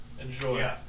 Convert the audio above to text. Enjoy